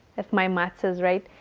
if my math is right.